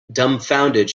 dumbfounded